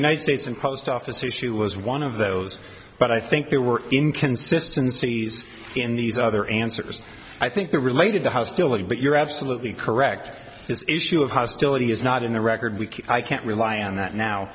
united states and post office issue was one of those but i think there were inconsistency these in these other answers i think that related to hostility but you're absolutely correct this issue of hostility is not in the record week i can't rely on that now